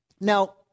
Now